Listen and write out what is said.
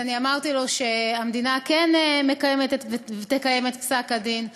אז אני אמרתי לו שהמדינה כן מקיימת ותקיים את פסק-הדין.